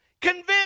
convince